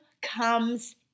comes